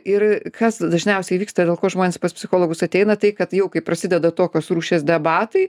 ir kas dažniausiai įvyksta dėl ko žmonės pas psichologus ateina tai kad jau kai prasideda tokios rūšies debatai